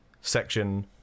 section